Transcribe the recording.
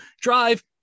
drive